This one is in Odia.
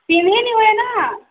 ପିନ୍ଧି ନେଇ ହୁଏନା